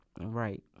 right